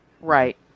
Right